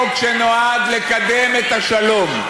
החוק הזה שאנחנו מביאים היום הוא חוק שנועד לקדם את השלום.